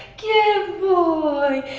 good boy!